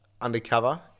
undercover